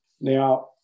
Now